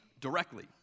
directly